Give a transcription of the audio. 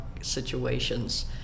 situations